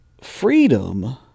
freedom